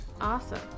awesome